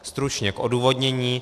Stručně k odůvodnění.